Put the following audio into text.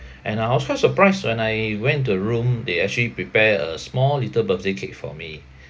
and uh I was quite surprised when I went into the room they actually prepare a small little birthday cake for me